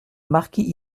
marquis